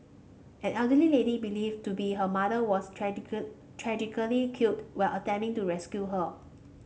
an elderly lady believed to be her mother was tragical tragically killed while attempting to rescue her